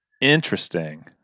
Interesting